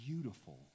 beautiful